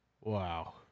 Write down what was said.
Wow